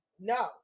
No